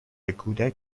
کودک